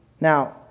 Now